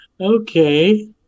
Okay